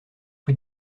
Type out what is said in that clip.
rue